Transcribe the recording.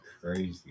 crazy